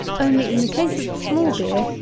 only, in the case of the small beer,